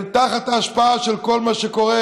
הם תחת ההשפעה של כל מה שקורה,